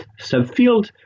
subfield